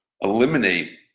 eliminate